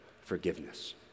forgiveness